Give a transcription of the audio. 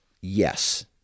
yes